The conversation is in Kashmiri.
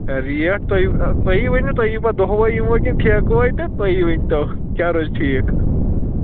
ریٹ تُہۍ تُہی ؤنِو تُہۍ ییٖوا دۄہ وَے یِموا کِنہٕ ٹھیکہٕ وَے تہٕ تُہی ؤنۍتو کیٛاہ روزِ ٹھیٖک